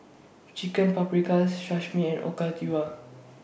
Chicken Paprikas Sashimi and Okayu